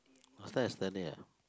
last time I study